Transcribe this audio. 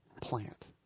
plant